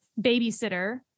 babysitter